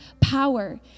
power